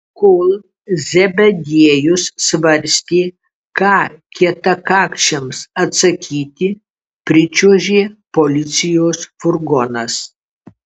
kol zebediejus svarstė ką kietakakčiams atsakyti pričiuožė policijos furgonas